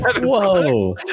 whoa